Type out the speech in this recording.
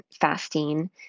fasting